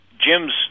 Jim's